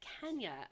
Kenya